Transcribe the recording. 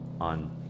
on